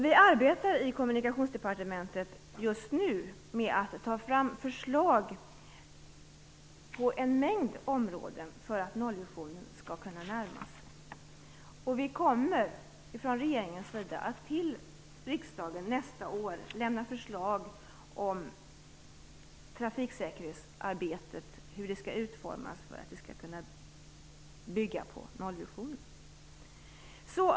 Vi arbetar i Kommunikationsdepartementet just nu med att ta fram förslag på en mängd områden för att nollvisionen skall komma närmare. Vi kommer i regeringen att till riksdagen nästa år lämna förslag om trafiksäkerhetsarbetet, om hur det skall utformas för att det skall bygga på nollvisionen.